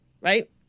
right